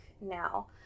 now